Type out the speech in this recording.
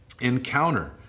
encounter